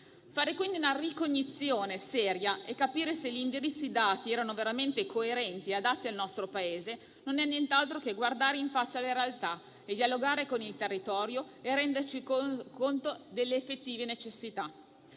quindi una ricognizione seria e capire se gli indirizzi dati erano veramente coerenti e adatti al nostro Paese non è nient'altro che guardare in faccia alla realtà, dialogare con il territorio e rendersi conto delle effettive necessità.